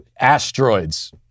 asteroids